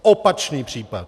Opačný případ.